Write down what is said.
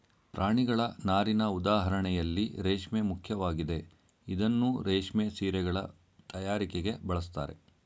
ಪ್ರಾಣಿಗಳ ನಾರಿನ ಉದಾಹರಣೆಯಲ್ಲಿ ರೇಷ್ಮೆ ಮುಖ್ಯವಾಗಿದೆ ಇದನ್ನೂ ರೇಷ್ಮೆ ಸೀರೆಗಳ ತಯಾರಿಕೆಗೆ ಬಳಸ್ತಾರೆ